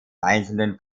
einzelnen